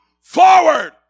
forward